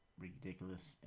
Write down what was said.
ridiculous